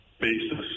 basis